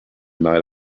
night